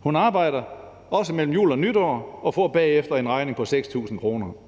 Hun arbejdede også mellem jul og nytår – og får bagefter en regning på 6.000 kr.